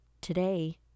today